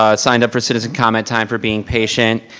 ah signed up for citizen comment time for being patient.